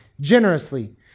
generously